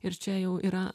ir čia jau yra